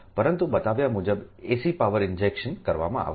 પરંતુ બતાવ્યા મુજબ AC પાવર ઇન્જેક્શન કરવામાં આવશે